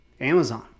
Amazon